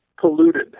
polluted